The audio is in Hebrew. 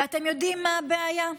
ואתם יודעים מה הבעיה?